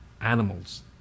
animals